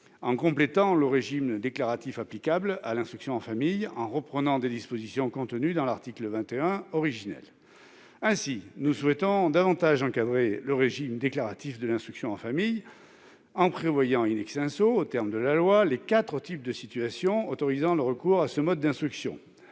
en complétant le régime déclaratif applicable à l'instruction en famille, en reprenant des dispositions prévues dans l'article 21 initial. Nous souhaitons encadrer davantage le régime déclaratif de l'instruction en famille, en prévoyant dans la loi les quatre types de situations autorisant le recours à ce mode d'instruction.